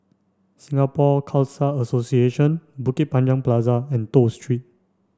Singapore Khalsa Association Bukit Panjang Plaza and Toh Street